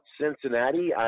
Cincinnati